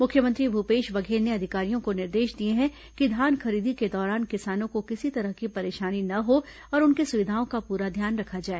मुख्यमंत्री भूपेश बघेल ने अधिकारियों को निर्देश दिए हैं कि धान खरीदी के दौरान किसानों को किसी तरह की परेशानी न हो और उनकी सुविधाओं का पूरा ध्यान रखा जाए